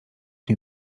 nie